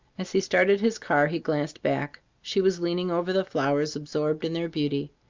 as he started his car he glanced back. she was leaning over the flowers absorbed in their beauty.